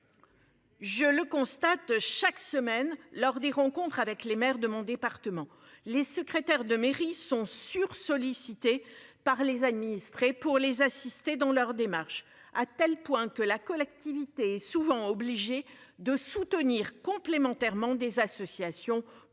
Je le constate chaque semaine lors des rencontres avec les maires de mon département les secrétaires de mairie sont sur-sollicités par les administrés pour les assister dans leurs démarches. À tel point que la collectivité souvent obligés de soutenir complémentaire ment des associations pour les